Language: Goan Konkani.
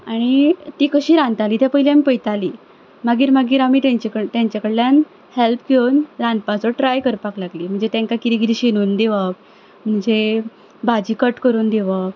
आनी तीं कशीं रांदतालीं तें पयलीं आमी पयतालीं मागीर मागीर आमी तेंचेकडल्यान तेंच्याकडल्यान हॅल्प घेवन रांदपाचो ट्राय करपाक लागलीं म्हणजे तेंका कितें कितें शिनून दिवप म्हणजे भाजी कट करून दिवप